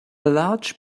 large